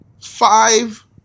five